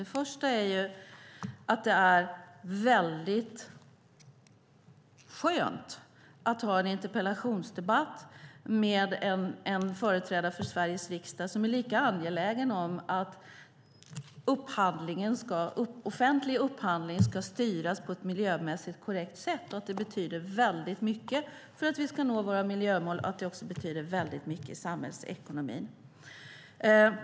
Det första är att det är väldigt skönt att ha en interpellationsdebatt med en företrädare för Sveriges riksdag som är lika angelägen som jag om att offentlig upphandling ska styras på ett miljömässigt korrekt sätt och som håller med om att det betyder väldigt mycket för att vi ska nå våra miljömål och för samhällsekonomin.